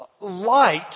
Light